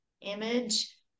image